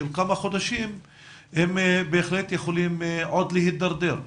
כמה חודשים הם בהחלט יכולים עוד להידרדר,